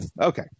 Okay